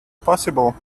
possible